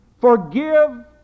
Forgive